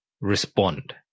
respond